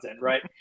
Right